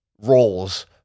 roles